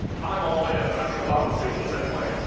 i am all in. and i think a lot of us feel the same way.